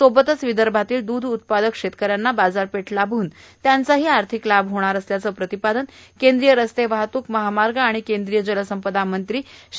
सोबतच विदर्भातील दूध उत्पादक शेतकऱ्यांना बाजारपेठ लाभून त्यांचाही आर्थिक लाभ यामुळे होणार आहे असे प्रतिपादन केंद्रीय रस्ते वाहतूक महामार्ग आणि केंद्रीय जलसंपदा मंत्री श्री